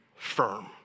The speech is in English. firm